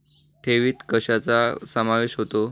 ठेवीत कशाचा समावेश होतो?